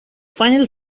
final